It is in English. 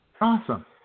Awesome